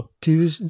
Two